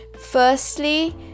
Firstly